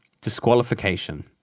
disqualification